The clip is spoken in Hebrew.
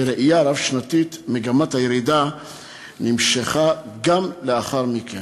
בראייה רב-שנתית מגמת הירידה נמשכה גם לאחר מכן.